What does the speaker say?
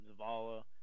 Zavala